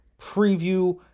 preview